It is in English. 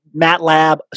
MATLAB